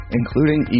including